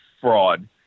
fraud